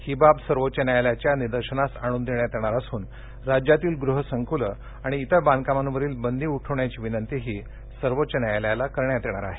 ही बाब सर्वोच्च न्यायालयाच्या निदर्शनास आणून देण्यात येणार असून राज्यातील गृहसंकूले आणि इतर बांधकामांवरील बंदी उठवण्याची विनंतीही सर्वोच्च न्यायालयास करण्यात येणार आहे